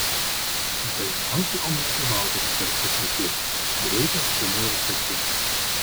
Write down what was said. dažniausiai omletą valgome per pusryčius greita skanu ir sotu